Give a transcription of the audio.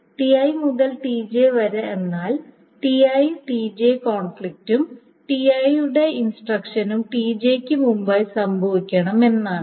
Ti മുതൽ Tj വരെ എന്നാൽ Ti Tj കോൺഫ്ലിക്റ്റും Ti യുടെ ഇൻസ്ട്രക്ഷനും Tj യ്ക്ക് മുമ്പായി സംഭവിക്കണം എന്നാണ്